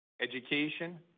education